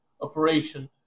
operation